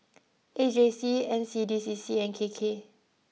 A J C N C D C C and K K